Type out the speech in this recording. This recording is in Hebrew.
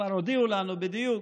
כבר הודיעו לנו, בדיוק.